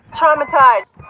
traumatized